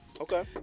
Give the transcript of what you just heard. Okay